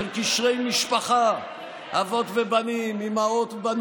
שיענה למה עכשיו, למה לא לפני